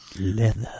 Leather